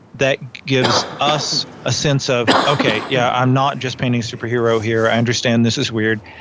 that gives us a sense of, okay, yeah, i'm not just painting superhero here, i understand this is weird.